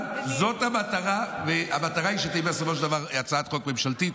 אבל המטרה היא שתהיה בסופו של דבר הצעת חוק ממשלתית.